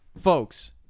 folks